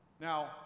Now